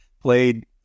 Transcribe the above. Played